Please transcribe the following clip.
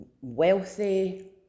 wealthy